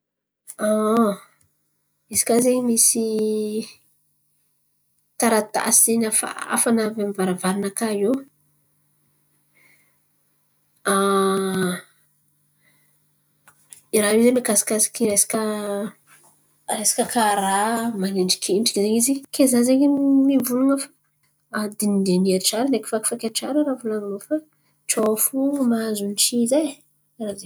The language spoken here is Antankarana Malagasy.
Izy ka zen̈y misy taratasy in̈y hafa afa zen̈y navy taminy varavaran̈a nakà iô. Raha io zen̈y makasikasiky resaka, resaka karà man̈endrikendriky zen̈y izy. Ke za zeny mivolan̈a fa a dinidiniha tsara, ndreky fakifakay tsara raha volaninô fa tsô fo mahazo ny tsy izy e, karà zen̈y.